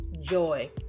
joy